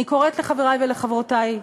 אני קוראת לחברי ולחברותי,